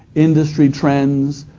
industry trends,